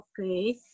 okay